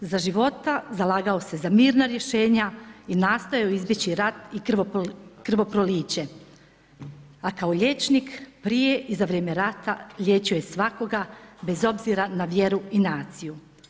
Za života zalagao se za mirna rješenja i nastao je izbjeći rat i krvoproliće a kao liječnik prije i za vrijeme rata liječio je svakoga bez obzira na vjeru i naciju.